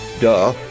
Duh